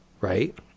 Right